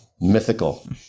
mythical